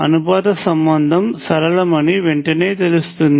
అనుపాత సంబంధం సరళమని వెంటనే తెలుస్తుంది